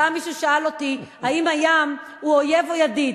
פעם מישהו שאל אותי אם הים הוא אויב או ידיד.